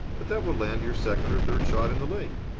but that will land your second or third shot in the lake.